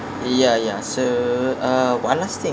ya ya so uh one last thing